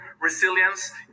resilience